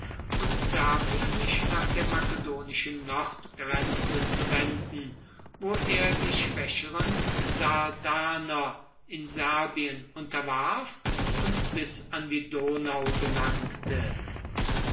und dafür sich nach der makedonischen nordgrenze zu wenden wo er die schwächeren dardaner in serbien unterwarf und bis an die donau gelangte